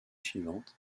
suivante